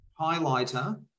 highlighter